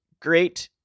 great